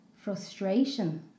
frustration